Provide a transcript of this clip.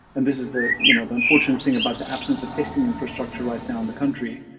and this is the you know the unfortunate thing about the absence of testing infrastructure right now in the country.